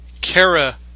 Kara